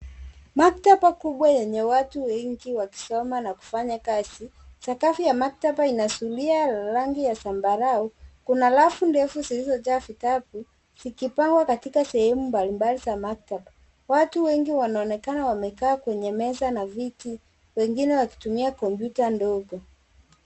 Maktaba kubwa yeye watu wengi wakisoma na wakifanya kazi. Sakafu ya makataba inatumia rangi ya zambarau. Kuna rafu ndefu zilizojaa vitabu zikipangwa katika sehemu mbalimbali za maktaba. Watu wengi wanaonekana wamekaa kwenye meza na viti wengine wakitumia kompyuta ndogo.